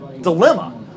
dilemma